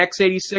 x86